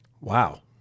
Wow